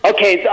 Okay